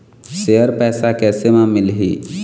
Share पैसा कैसे म मिलही?